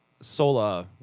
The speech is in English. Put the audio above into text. Sola